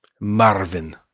Marvin